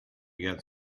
get